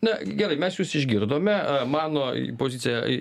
na gerai mes jus išgirdome mano pozicija